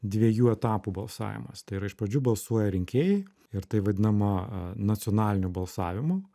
dviejų etapų balsavimas tai yra iš pradžių balsuoja rinkėjai ir tai vadinama nacionaliniu balsavimu